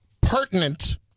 pertinent